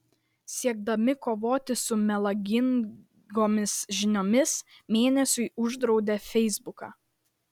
siekdami kovoti su melagingomis žiniomis mėnesiui uždraudė feisbuką